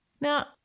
Now